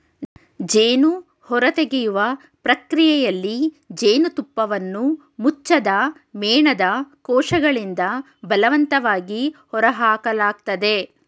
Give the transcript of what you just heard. ಜೇನು ಹೊರತೆಗೆಯುವ ಪ್ರಕ್ರಿಯೆಯಲ್ಲಿ ಜೇನುತುಪ್ಪವನ್ನು ಮುಚ್ಚದ ಮೇಣದ ಕೋಶಗಳಿಂದ ಬಲವಂತವಾಗಿ ಹೊರಹಾಕಲಾಗ್ತದೆ